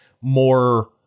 more